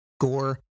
gore